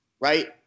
right